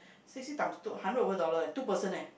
sixty times two hundred over dollar leh two person leh